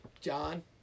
John